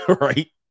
Right